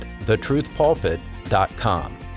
thetruthpulpit.com